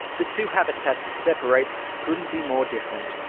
the two habitats it separates couldn't be more different,